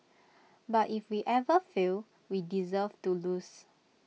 but if we ever fail we deserve to lose